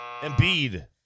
Embiid